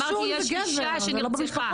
אמרתי יש אישה שנרצחה.